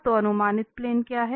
तो अनुमानित प्लेन क्या है